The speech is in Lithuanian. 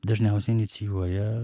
dažniausiai inicijuoja